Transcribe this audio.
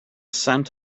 scent